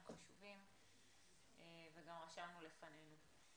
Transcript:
הם חשובים וגם רשמנו לפנינו.